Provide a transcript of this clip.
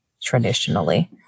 traditionally